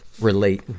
relate